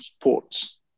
ports